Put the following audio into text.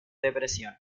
depresión